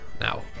Now